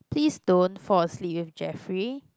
please don't fall asleep with Jeffrey